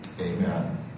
amen